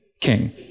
king